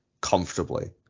comfortably